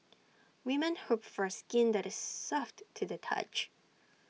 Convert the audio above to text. women hope for skin that is soft to the touch